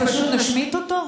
אז פשוט נשמיט אותו?